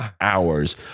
Hours